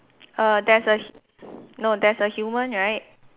err there's a no there's a human right